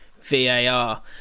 VAR